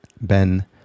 Ben